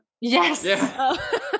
yes